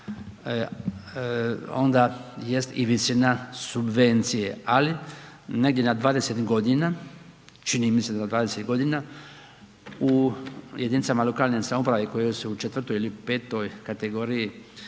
onda jest i visina subvencije, ali negdje na 20.g., čini mi se na 20.g. u jedinicama lokalne samouprave koje su u četvrtoj ili petoj kategoriji